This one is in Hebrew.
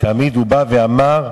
תמיד הוא בא ואמר: